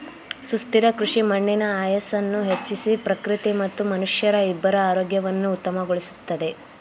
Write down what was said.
ಸುಸ್ಥಿರ ಕೃಷಿ ಮಣ್ಣಿನ ಆಯಸ್ಸನ್ನು ಹೆಚ್ಚಿಸಿ ಪ್ರಕೃತಿ ಮತ್ತು ಮನುಷ್ಯರ ಇಬ್ಬರ ಆರೋಗ್ಯವನ್ನು ಉತ್ತಮಗೊಳಿಸುತ್ತದೆ